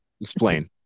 Explain